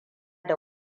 da